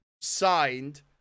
signed